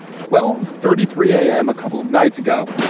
twelve, thirty three a m. a couple of nights ago,